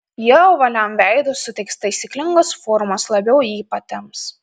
jie ovaliam veidui suteiks taisyklingos formos labiau jį patemps